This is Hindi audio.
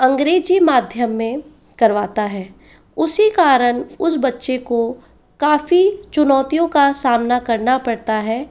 अंग्रेजी माध्यम में करवाता है उसी कारण उस बच्चे को काफ़ी चुनौतियों का सामना करना पड़ता है